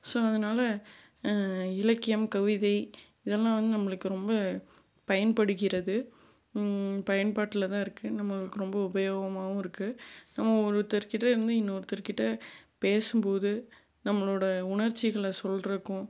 so அதனால இலக்கியம் கவிதை இதெல்லாம் வந்து நம்மளுக்கு ரொம்ப பயன்படுகிறது பயன்பாட்டில் தான் இருக்குது நம்மளுக்கு ரொம்ப உபயோகமாகவும் இருக்குது நம்ம ஒருத்தர் கிட்ட இருந்து இன்னொருத்தர் கிட்ட பேசும்போது நம்மளோட உணர்ச்சிகளை சொல்றதுக்கும்